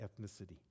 ethnicity